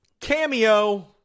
cameo